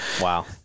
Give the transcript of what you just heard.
Wow